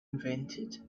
invented